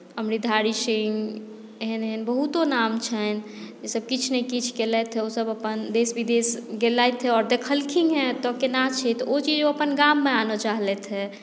अमृतधारी सिंह एहन एहन बहुतो नाम छनि जेसभ किछु ने किछु केलथि हेँ ओसभ अपन देश विदेश गेलथि आओर देखलखिन हेँ एतय केना छै तऽ ओ चीज ओ अपन गाममे आनय चाहलथि हेँ